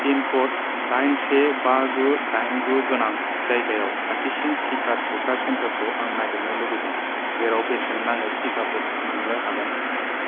pin code दाइन से बा गु दाइन गु गोनां जायगायाव खाथिसिन टिका थुग्रा सेन्टारखौ आं नागिरनो लुबैदों जेराव बेसेन नाङि टिकाफोर मोन्नो हागोन